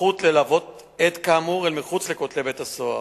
סמכות ללוות עד כאמור אל מחוץ לכותלי בית-הסוהר,